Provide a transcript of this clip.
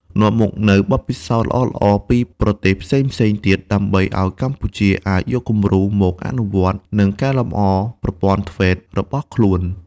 នាំមកនូវបទពិសោធន៍ល្អៗពីប្រទេសផ្សេងៗទៀត ដើម្បីឲ្យកម្ពុជាអាចយកគំរូមកអនុវត្ត និងកែលម្អប្រព័ន្ធ ធ្វេត TVET របស់ខ្លួន។